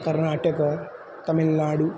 Karnataka Tamil Nadu